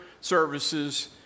services